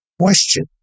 question